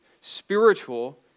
spiritual